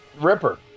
Ripper